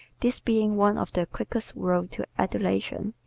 this being one of the quickest roads to adulation,